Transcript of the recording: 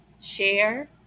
Share